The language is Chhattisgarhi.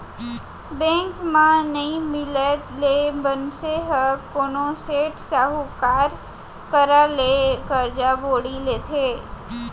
बेंक म नइ मिलय ले मनसे ह कोनो सेठ, साहूकार करा ले करजा बोड़ी लेथे